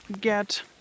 get